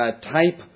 type